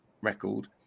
record